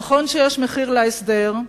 נכון שיש מחיר להסדר,